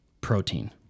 protein